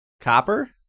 copper